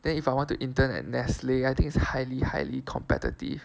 then if I want to intern at Nestle I think it's highly highly competitive